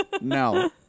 No